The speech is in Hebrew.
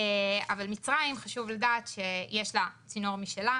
חשוב לדעת שלמצרים יש צינור משלה,